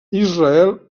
israel